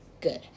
good